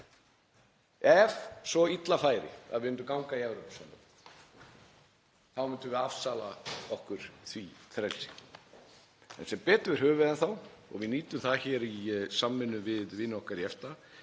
Ef svo illa færi að við myndum ganga í Evrópusambandið þá myndum við að afsala okkur því frelsi. En sem betur fer höfum við það enn þá og við nýtum það hér í samvinnu við vini okkar í EFTA.